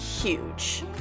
huge